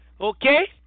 Okay